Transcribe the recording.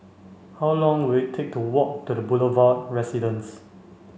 how long will it take to walk to the Boulevard Residence